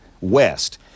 west